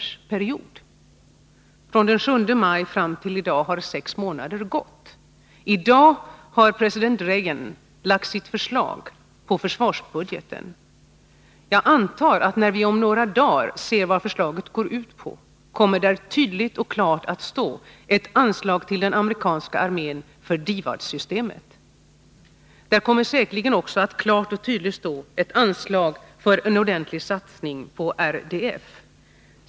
Från den 7 maj 1981 fram till i dag har mer än sex månader gått. I dag har president Reagan lagt fram sitt förslag till försvarsbudget. Jag antar att när vi om några dagar ser vad det går ut på kommer vi att finna att där står upptaget ett anslag till den amerikanska armén för DIVAD-systemet. Den kommer säkerligen klart och tydligt också att uppta ett anslag för en ordentlig satsning på RDF.